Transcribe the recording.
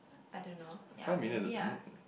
I don't know ya maybe ah